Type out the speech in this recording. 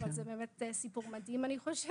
אבל זה באמת סיפור מדהים אני חושבת.